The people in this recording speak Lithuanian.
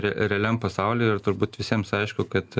re realiam pasauly ir turbūt visiems aišku kad